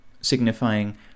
signifying